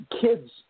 kids